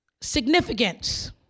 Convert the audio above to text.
significance